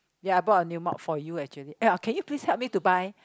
ya I brought a new mop for you actually ya can you please help me to buy